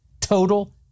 Total